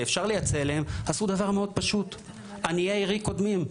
שאפשר לייצא אליהם עשו דבר מאוד פשוט - עניי עירי קודמים,